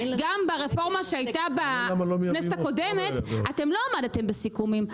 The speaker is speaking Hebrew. גם ברפורמה שהייתה בכנסת הקודמת אתם לא עמדתם בסיכומים.